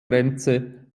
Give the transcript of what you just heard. grenze